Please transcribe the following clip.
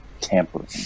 tampering